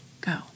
go